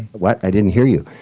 what? i didn't hear you.